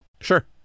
Sure